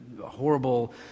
horrible